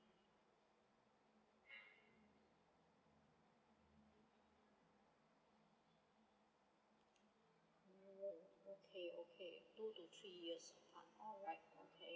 lright okay okay two to three years alright alright okay